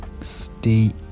stay